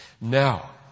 Now